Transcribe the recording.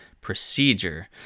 procedure